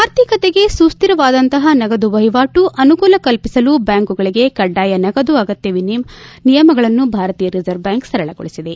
ಆರ್ಥಿಕತೆಗೆ ಸುಶ್ರಿವಾದಂತಹ ನಗದು ವಹಿವಾಟು ಅನುಕೂಲ ಕಲ್ಪಿಸಲು ಬ್ಬಾಂಕುಗಳಿಗೆ ಕಡ್ಡಾಯ ನಗದು ಅಗತ್ಯ ನಿಯಮಗಳನ್ನು ಭಾರತೀಯ ರಿಸರ್ವ್ ಬ್ಯಾಂಕ್ ಸರಳಗೊಳಿಸಿದೆ